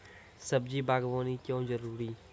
सब्जी बागवानी क्यो जरूरी?